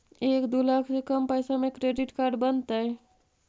एक दू लाख से कम पैसा में क्रेडिट कार्ड बनतैय?